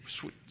Sweet